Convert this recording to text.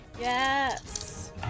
Yes